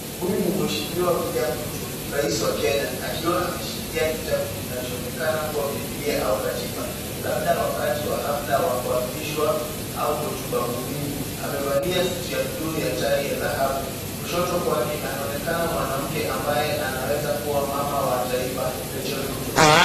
Huyu ni mheshimiwa William Ruto, Rais wa kenya akiwa ameshikilia kitabu kinachoonekana kuwa bibilia au katiba labda wakati wa hafla wa kuapishwa au hotuba muhimu. Amevalia suti ya buluu ya tai ya dhahabu. Kushoto kwake anaonekana mwanamke ambaye anaweza kuwa mama wa taifa Rachel Ruto.